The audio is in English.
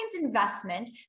investment